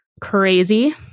crazy